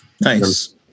Nice